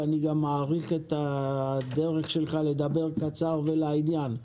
ואני גם מעריך את הדרך שלך לדבר קצר ולעניין.